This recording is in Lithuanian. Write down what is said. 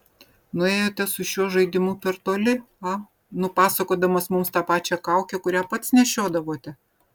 nuėjote su šiuo žaidimu per toli a nupasakodamas mums tą pačią kaukę kurią pats nešiodavote